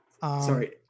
sorry